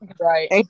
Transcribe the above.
Right